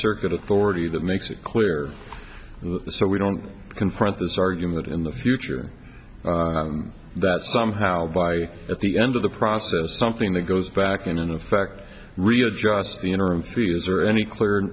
circuit authority that makes it clear so we don't confront this argument in the future that somehow by at the end of the process something that goes back in in effect readjust the interim three years or any clear